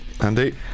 Andy